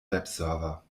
webserver